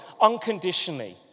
unconditionally